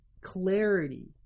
clarity